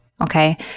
Okay